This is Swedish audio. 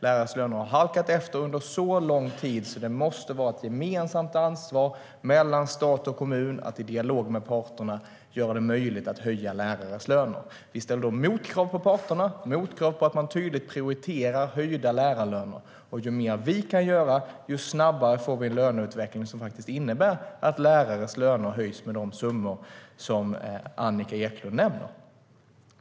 Lärarnas löner har halkat efter under så lång tid att det måste vara ett gemensamt ansvar mellan stat och kommun att i dialog med parterna göra det möjligt att höja lärarnas löner. Vi ställer då motkrav på parterna att de tydligt prioriterar höjda lärarlöner. Ju mer vi kan göra, desto snabbare får vi en löneutveckling som faktiskt innebär att lärarnas löner höjs med de summor som Annika Eclund nämner.